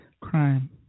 crime